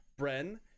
Bren